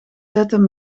zetten